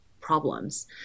problems